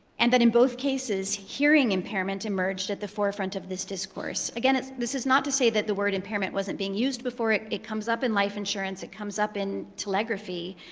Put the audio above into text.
and that in both cases hearing impairment emerged at the forefront of this discourse. again, this is not to say that the word impairment wasn't being used before. it it comes up in life insurance. it comes up in telegraphy.